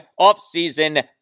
offseason